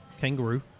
kangaroo